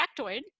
factoid